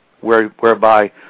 whereby